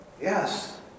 Yes